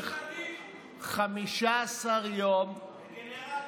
במשך 15 יום, דגנרטים.